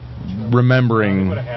remembering